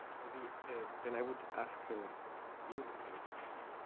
maybe then i would ask and you the same question.